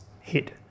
hit